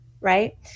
right